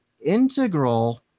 Integral